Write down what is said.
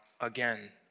again